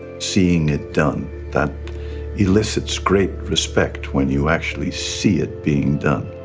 seeing it done. that elicits great respect when you actually see it being done.